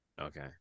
Okay